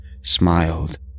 smiled